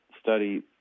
study